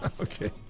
Okay